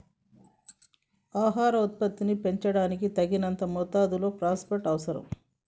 ఆహార ఉత్పత్తిని పెంచడానికి, తగినంత మొత్తంలో ఫాస్ఫేట్ అవసరం